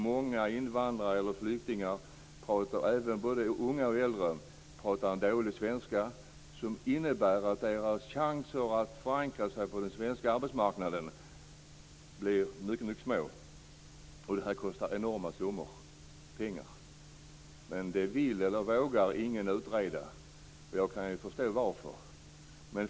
Många invandrare eller flyktingar, både unga och äldre, pratar dålig svenska, vilket innebär att deras chanser att förankra sig på den svenska arbetsmarknaden blir mycket små. Det här kostar enorma summor pengar, men det vill eller vågar ingen utreda. Jag kan förstå varför.